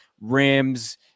rims